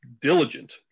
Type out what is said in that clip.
diligent